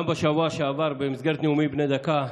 גם בשבוע שעבר, במסגרת נאומים בני דקה,